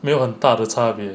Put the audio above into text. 没有很大的差别